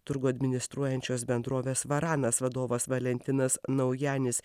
turgų administruojančios bendrovės varanas vadovas valentinas naujenis